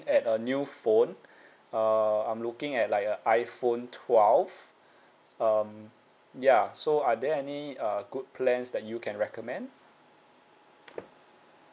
at a new phone uh I'm looking at like a iphone twelve um ya so are there any uh good plans that you can recommend